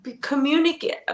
communicate